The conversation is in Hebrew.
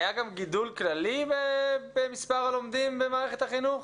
היה גם גידול כללי במספר הלומדים במערכת החינוך?